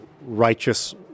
righteous